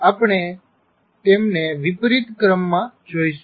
આપણે તેમને વિપરીત ક્રમમાં જોઈશું